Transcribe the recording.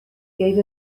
gave